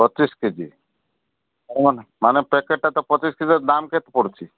ପଚିଶ କେଜି ମାନେ ପ୍ୟାକେଟ୍ଟା ତ ପଚିଶ କେଜି ଦାମ୍ କେତେ ପଡ଼ୁଛି